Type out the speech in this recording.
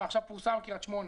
עכשיו פורסם המקרה של קרית שמונה.